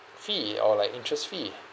fee or like interest fee